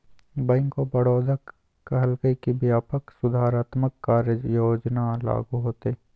bank of Baroda कहलकय कि व्यापक सुधारात्मक कार्य योजना लागू होतय